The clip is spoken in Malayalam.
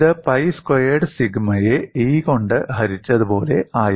ഇത് പൈ സ്ക്വയേർഡ് സിഗ്മയെ E കൊണ്ട് ഹരിച്ചതുപോലെയായിരുന്നു